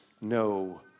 no